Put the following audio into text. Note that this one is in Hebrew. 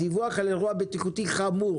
"דיווח על אירוע בטיחותי חמור".